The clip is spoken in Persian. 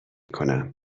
کنم